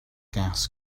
gas